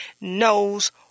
knows